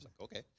okay